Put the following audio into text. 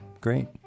Great